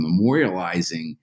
memorializing